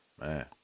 man